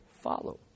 follow